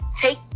take